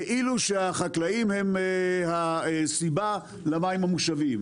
כאילו שהחקלאים הם הסיבה למים המושבים.